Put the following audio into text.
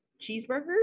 cheeseburgers